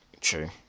True